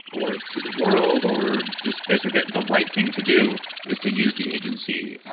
or to the world, or just basically the the right thing to do is to use the agency,